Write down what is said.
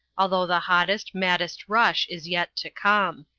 although the hottest, maddest rush is yet to come.